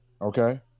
Okay